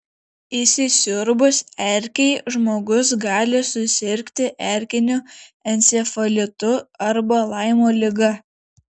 įsisiurbus erkei žmogus gali susirgti erkiniu encefalitu arba laimo liga